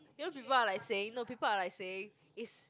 you know people are like saying know people are like saying is